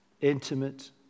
intimate